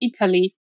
Italy